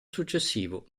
successivo